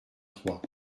trois